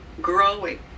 growing